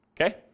Okay